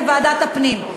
בוועדת הפנים.